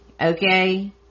okay